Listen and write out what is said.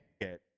get